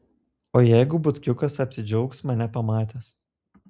o jeigu butkiukas apsidžiaugs mane pamatęs